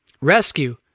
rescue